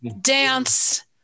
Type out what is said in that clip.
dance